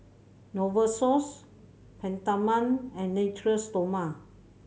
Novosource Peptamen and Natura Stoma